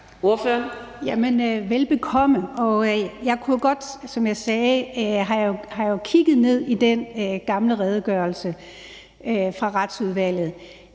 sagde, har jeg jo kigget ned i den gamle redegørelse fra Retsudvalget.